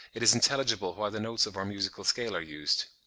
it is intelligible why the notes of our musical scale are used.